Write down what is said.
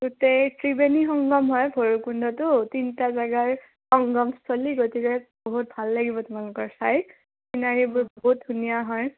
গোটেই ত্ৰিবেনী সংগম হয় ভৈৰৱকুণ্ডটো তিনটা জেগাৰ সংগমস্থলী গতিকে বহুত ভাল লাগিব তোমালোকৰ চাই চিনাৰীবোৰ বহুত ধুনীয়া হয়